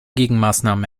gegenmaßnahmen